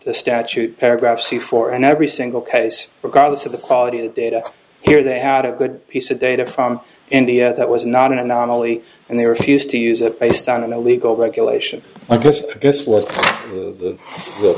the statute paragraph c for every single case regardless of the quality of the data here they had a good piece of data from india that was not an anomaly and they refused to use it based on an illegal but elation i guess this was the